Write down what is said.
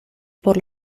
por